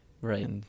Right